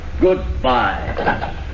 Goodbye